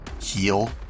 heal